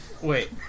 Wait